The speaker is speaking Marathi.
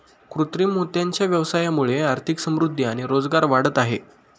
कृत्रिम मोत्यांच्या व्यवसायामुळे आर्थिक समृद्धि आणि रोजगार वाढत आहे